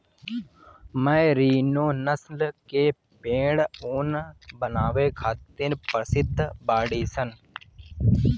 merino नस्ल के भेड़ ऊन बनावे खातिर प्रसिद्ध बाड़ीसन